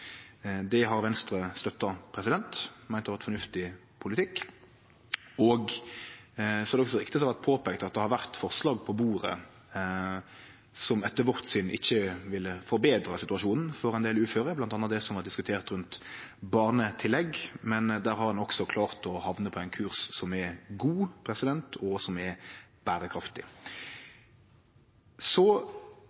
Det har Venstre støtta og meint at var fornuftig politikk. Det er også riktig, som har vore påpeikt, at det har vore forslag på bordet som etter vårt syn ikkje ville forbetra situasjonen for ein del uføre, bl.a. det som vart diskutert rundt barnetillegg, men der har ein også klart å hamne på ein kurs som er god, og som er berekraftig.